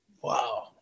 Wow